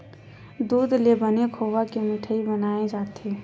दूद ले बने खोवा के मिठई बनाए जाथे